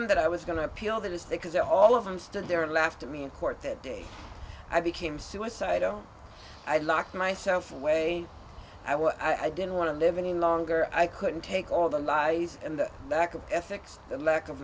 them that i was going to appeal that is the cause of all of them stood there and laughed at me in court that day i became suicidal i locked myself away i was i didn't want to live any longer i couldn't take all the lies and the lack of ethics the lack of